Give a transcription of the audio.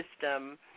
system